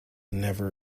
never